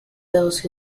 those